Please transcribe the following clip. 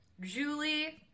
Julie